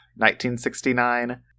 1969